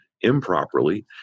improperly